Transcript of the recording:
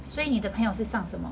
所以你的朋友是上什么